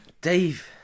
Dave